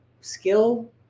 skill